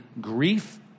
grief